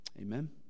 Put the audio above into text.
Amen